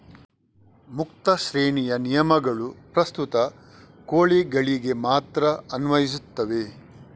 ಮುಕ್ತ ಶ್ರೇಣಿಯ ನಿಯಮಗಳು ಪ್ರಸ್ತುತ ಕೋಳಿಗಳಿಗೆ ಮಾತ್ರ ಅನ್ವಯಿಸುತ್ತವೆ